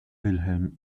wilhelm